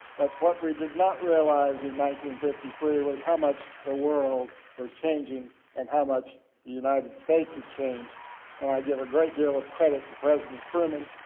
but what we did not realize in fifty three was how much the world was changing and how much the united states had changed and i give a great deal of credit to president truman,